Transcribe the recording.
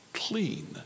clean